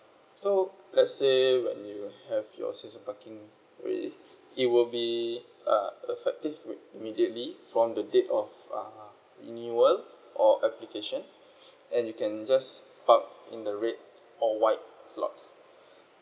so let's say when you have your season parking ready it will be uh effective immediately from the date of uh renewal or application and you can just park in the red or white slots